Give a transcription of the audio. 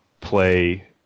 play